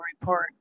report